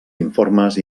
informes